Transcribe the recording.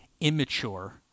immature